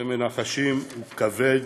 אתם מנחשים, הוא כבד,